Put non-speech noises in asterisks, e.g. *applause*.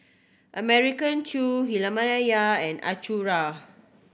American Chew *unintelligible* and *unintelligible*